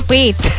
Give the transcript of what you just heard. Wait